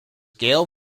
gale